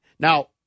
Now